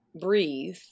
breathe